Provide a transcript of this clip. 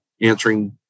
answering